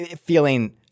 feeling –